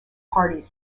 parties